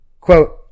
Quote